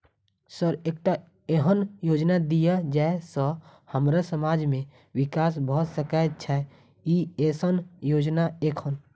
Sir एकटा एहन योजना दिय जै सऽ हम्मर समाज मे विकास भऽ सकै छैय एईसन योजना एखन?